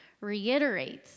reiterates